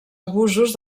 abusos